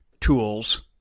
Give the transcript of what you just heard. tools